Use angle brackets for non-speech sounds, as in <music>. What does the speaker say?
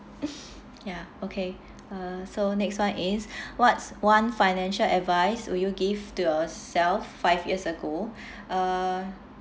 <noise> ya okay uh so next one is what's one financial advice would you give to yourself five years ago uh